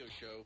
show